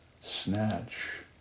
snatch